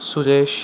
Suresh